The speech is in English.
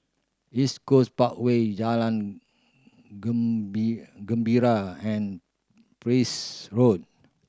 East Coast Parkway Jalan Gembira and Peirce Road